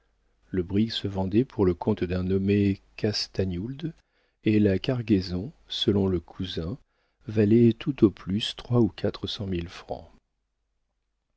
le brick se vendait pour le compte d'un nommé castagnould et la cargaison selon le cousin valait tout au plus trois ou quatre cent mille francs